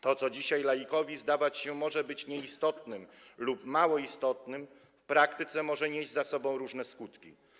To, co dzisiaj laikowi zdawać się może nieistotne lub mało istotne, w praktyce może nieść ze sobą różne skutki.